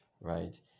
right